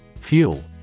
Fuel